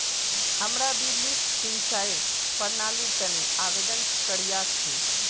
हमरा भी लिफ्ट सिंचाईर प्रणालीर तने आवेदन करिया छि